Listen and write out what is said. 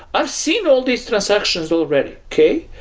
i've seen all these transactions already, okay?